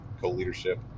co-leadership